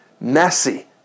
messy